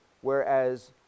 whereas